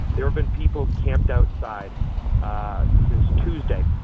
there have been people camped outside ah since tuesday.